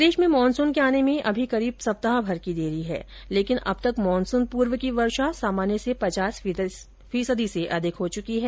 राजस्थान में मानसून के आने में अभी करीब सप्ताहभर की देरी है लेकिन अब तक मानसून पूर्व की वर्षा सामान्य से पचास फीसदी से अधिक हो चुकी है